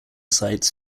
sites